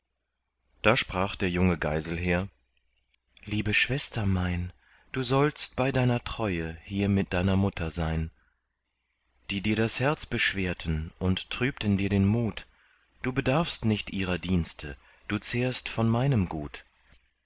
da sprach der junge geiselher liebe schwester mein du sollst bei deiner treue hier mit deiner mutter sein die dir das herz beschwerten und trübten dir den mut du bedarfst nicht ihrer dienste du zehrst von meinem gut